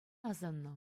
асӑннӑ